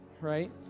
right